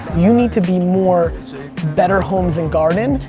you need to be more better homes and garden,